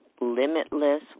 Limitless